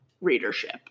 readership